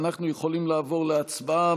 אנחנו יכולים לעבור להצבעה,